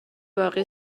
باقی